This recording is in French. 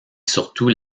surtout